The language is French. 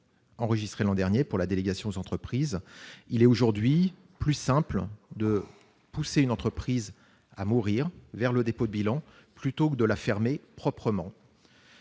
présenté l'an dernier au nom de la délégation sénatoriale aux entreprises, il est aujourd'hui plus simple de pousser une entreprise à mourir par un dépôt de bilan plutôt que de la fermer proprement.